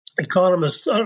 economists